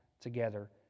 together